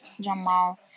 Jamal